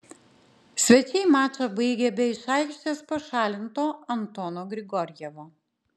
svečiai mačą baigė be iš aikštės pašalinto antono grigorjevo